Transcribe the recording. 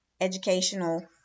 educational